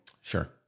Sure